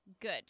Good